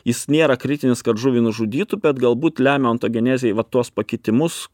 jis nėra kritinis kad žuvį nužudytų bet galbūt lemia ontogenezėj va tuos pakitimus